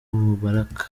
mubarak